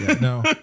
No